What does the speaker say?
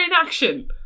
inaction